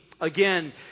again